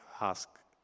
ask